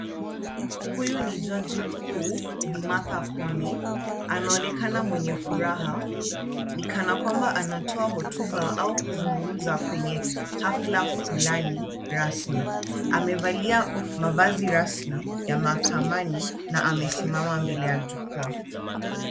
Huyu ni Jaji Mkuu Bi. Martha Koome. Anaonekana mwenye furaha, ni kana kwamba anatoa hotuba au kuzungumza kwenye hafla fulani rasmi. Amevalia mavazi rasmi ya mahakamani na amesimama mbele ya jukwaa.